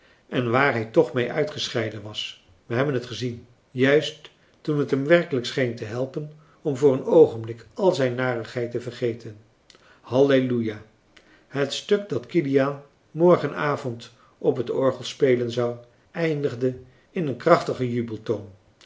en waar hij toch mee uitgescheiden wàs we hebben het gezien juist toen het hem werkelijk scheen te helpen om voor een oogenblik al zijn narigheid te vergeten halleluja het stuk dat kiliaan morgenavond op het orgel spelen zou eindigde in een krachtigen